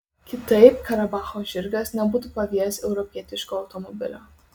kitaip karabacho žirgas nebūtų pavijęs europietiško automobilio